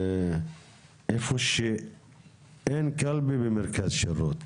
איפה שאין קלפי במרכז שירות,